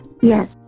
Yes